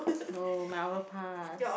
no my auto pass